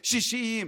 1960,